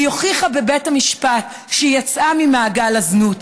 והיא הוכיחה בבית המשפט שהיא יצאה ממעגל הזנות,